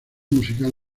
musical